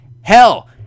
Hell